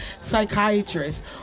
psychiatrist